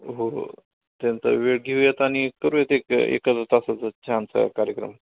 हो त्यांचा वेळ घेऊयात आणि करूयात एक एखाद तासाचा छानसा कार्यक्रम